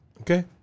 Okay